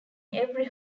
every